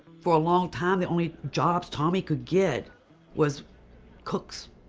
for a long time, the only jobs tommy could get was cooks,